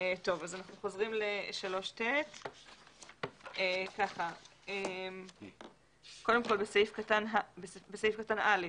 אנחנו חוזרים לסעיף 3ט. בסעיף קטן (א)